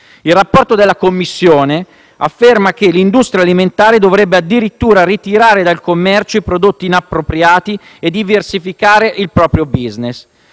Il rapporto della Commissione afferma che l'industria alimentare dovrebbe addirittura ritirare dal commercio i prodotti inappropriati e diversificare il proprio *business*.